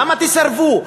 למה תסרבו?